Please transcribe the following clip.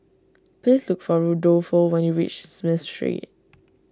please look for Rudolfo when you reach Smith Street